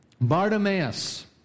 Bartimaeus